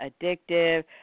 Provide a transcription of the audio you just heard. addictive